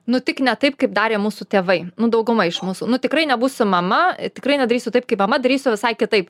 nu tik ne taip kaip darė mūsų tėvai nu dauguma iš mūsų nu tikrai nebūsiu mama tikrai nedarysiu taip kaip mama darysiu visai kitaip